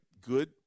good